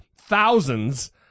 thousands